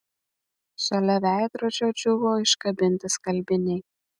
šalia veidrodžio džiūvo iškabinti skalbiniai